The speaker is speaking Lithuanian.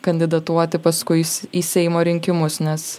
kandidatuoti paskui į seimo rinkimus nes